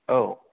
औ